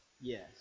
Yes